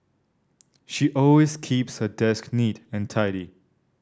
she always keeps her desk neat and tidy